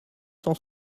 cent